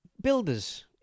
builders